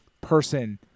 person